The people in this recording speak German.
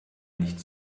nicht